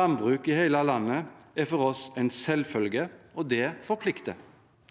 Landbruk i hele landet er for oss en selvfølge, og det forplikter.